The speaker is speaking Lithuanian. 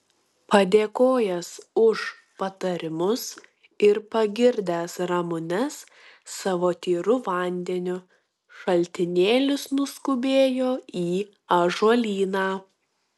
padėkojęs už patarimus ir pagirdęs ramunes savo tyru vandeniu šaltinėlis nuskubėjo į ąžuolyną